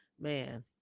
Man